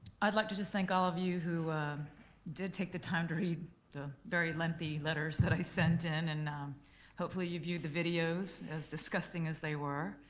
i'd like to just thank all of you who did take the time to read the very lengthy letters that i sent in and hopefully you viewed the videos, as disgusting as they were.